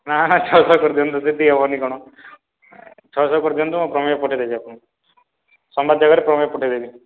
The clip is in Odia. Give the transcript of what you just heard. ନା ନା ଛଅଶହ କରିଦିଅନ୍ତୁ ସେତିକି ହେବନି କ'ଣ ଛଅଶହ କରିଦିଅନ୍ତୁ ମୁଁ ପ୍ରମେୟ ପଠାଇଦେବି ଆପଣଙ୍କୁ ସମ୍ବାଦ ଜାଗାରେ ପ୍ରମେୟ ପଠାଇଦେବି